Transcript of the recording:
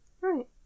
Right